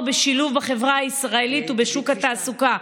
לשילוב בחברה הישראלית ובשוק התעסוקה.